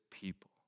people